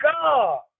God